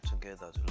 together